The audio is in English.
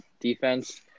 defense